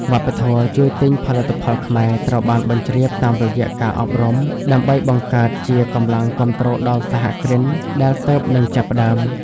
វប្បធម៌ "ជួយទិញផលិតផលខ្មែរ" ត្រូវបានបញ្ជ្រាបតាមរយៈការអប់រំ ដើម្បីបង្កើតជាកម្លាំងគាំទ្រដល់សហគ្រិនដែលទើបនឹងចាប់ផ្ដើម។